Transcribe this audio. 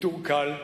ויתור קל,